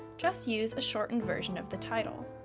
just use a shortened version of the title.